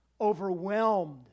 overwhelmed